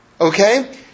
Okay